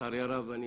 לצערי הרב אני